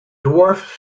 dwarf